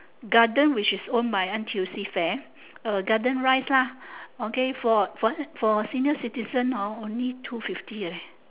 garden which is owned by N_T_U_C fair uh garden rice lah okay for for for senior citizen hor only two fifty eh